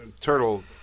turtle